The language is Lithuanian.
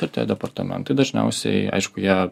ir tie departamentai dažniausiai aišku jie